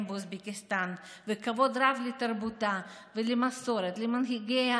באוזבקיסטן וכבוד רב לתרבותה ולמסורתה,